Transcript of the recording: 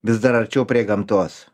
vis dar arčiau prie gamtos